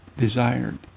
desired